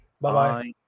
Bye-bye